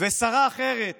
ושרה אחרת